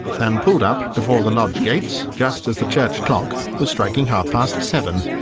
and pulled up before the lodge-gates just as the church clock was striking half-past seven.